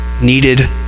needed